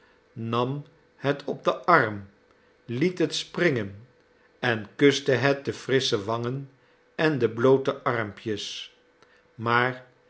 nam het op den arm liet het springen en kuste het de frissche wangen en de bloote armpjes maar